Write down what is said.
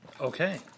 Okay